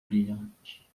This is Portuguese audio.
brilhante